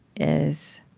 is,